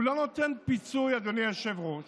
הוא לא נותן פיצוי, אדוני היושב-ראש,